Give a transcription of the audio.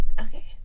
Okay